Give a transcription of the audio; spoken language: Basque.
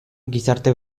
gizarte